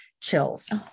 chills